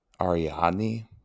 Ariadne